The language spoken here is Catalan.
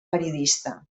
periodista